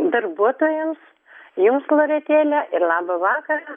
darbuotojams jums loretėle ir labą vakarą